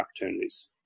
opportunities